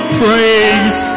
praise